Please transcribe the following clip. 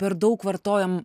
per daug vartojam